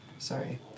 Sorry